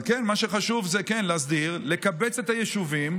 אבל כן, מה שחשוב זה כן להסדיר, לקבץ את היישובים,